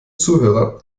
zuhörer